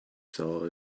soil